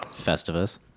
Festivus